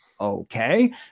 Okay